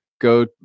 go